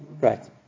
Right